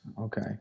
Okay